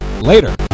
Later